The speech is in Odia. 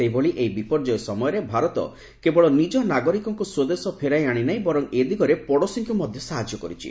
ସେହିଭଳି ଏହି ବିପର୍ଯ୍ୟୟ ସମୟରେ ଭାରତ କେବଳ ନିଜ ନାଗରିକଙ୍କୁ ସ୍ୱଦେଶ ଫେରାଇ ଆଶିବନାହିଁ ବର୍ଚ ଏ ଦିଗରେ ପଡ଼ୋଶୀଙ୍କୁ ମଧ୍ୟ ସାହାଯ୍ୟ କରିଛି